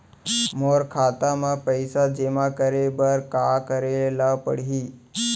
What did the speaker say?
मोर खाता म पइसा जेमा करे बर का करे ल पड़ही?